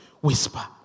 Whisper